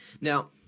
Now